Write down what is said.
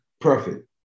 perfect